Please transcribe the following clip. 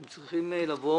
אתם צריכים לבוא